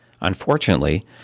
Unfortunately